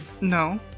No